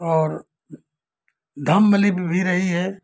और धंग लिपि भी रही है